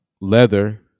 leather